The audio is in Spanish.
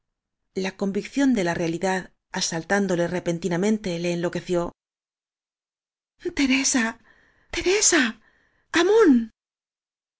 la convicción de la realidad asaltándole repentinamente le enloqueció teresa teresa amunt